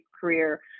career